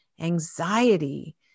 anxiety